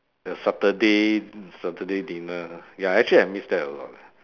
the saturday saturday dinner lah ya actually I miss that a lot lah